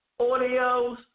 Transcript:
audios